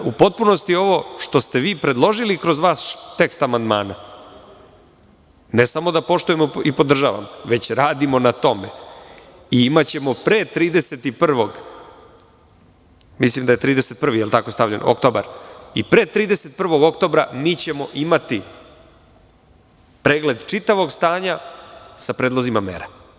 U potpunosti ovo što ste vi predložili kroz vaš tekst amandmana, ne samo da poštujemo i podržavamo, već radimo na tome i imaćemo pre 31. a mislim da je 31. oktobar stavljen, i pre 31. oktobra ćemo imati pregled čitavog stanja sa predlozima mera.